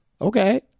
okay